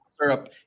syrup